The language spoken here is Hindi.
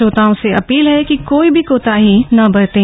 श्रोताओं से अपील है कि कोई भी कोताही न बरतें